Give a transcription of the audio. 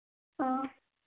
ꯑ